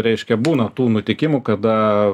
reiškia būna tų nutikimų kada